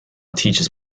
teaches